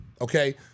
Okay